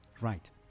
Right